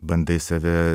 bandai save